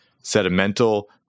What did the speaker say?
sentimental